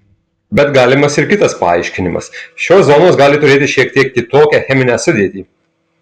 bet galimas ir kitas paaiškinimas šios zonos gali turėti šiek tiek kitokią cheminę sudėtį